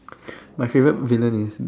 my favourite villain is